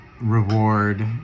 reward